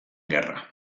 gerra